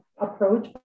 approach